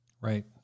Right